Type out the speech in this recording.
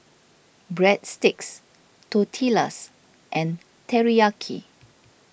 Breadsticks Tortillas and Teriyaki